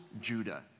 Judah